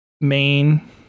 main